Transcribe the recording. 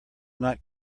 not